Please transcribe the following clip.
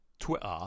Twitter